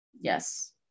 Yes